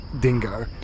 Dingo